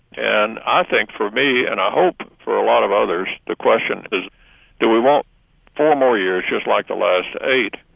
and i think for me, and i hope for a lot of others, the question is do we want four more years just like the last eight,